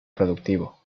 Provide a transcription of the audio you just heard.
productivo